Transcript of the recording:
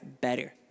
better